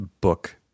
book